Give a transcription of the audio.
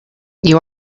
you